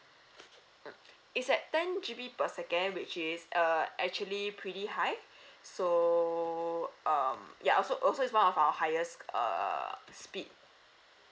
mm it's at ten G_B per second which is uh actually pretty high so um ya also also is one of our highest err speed